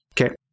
Okay